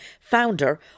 founder